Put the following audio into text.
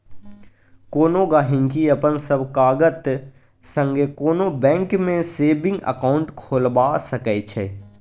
कोनो गहिंकी अपन सब कागत संगे कोनो बैंक मे सेबिंग अकाउंट खोलबा सकै छै